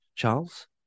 Charles